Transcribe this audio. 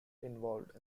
involved